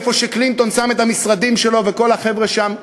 איפה שקלינטון שם את המשרדים שלו וכל החבר'ה שם,